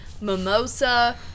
mimosa